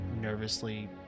nervously